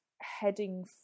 heading